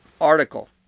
article